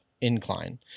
incline